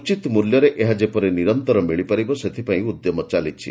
ଉଚିତ ମୂଲ୍ୟରେ ଏହା ଯେପରି ନିରନ୍ତର ମିଳିପାରିବ ସେଥିପାଇଁ ଉଦ୍ୟମ ଚାଲିଛି